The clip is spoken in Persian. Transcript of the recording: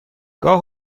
گاه